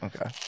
Okay